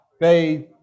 faith